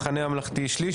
המחנה הממלכתי שליש.